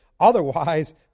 Otherwise